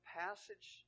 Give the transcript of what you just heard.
passage